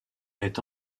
est